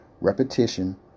repetition